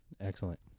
Excellent